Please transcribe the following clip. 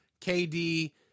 KD